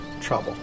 trouble